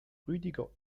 rüdiger